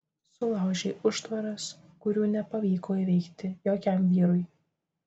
sulaužei užtvaras kurių nepavyko įveikti jokiam vyrui